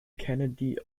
kennedy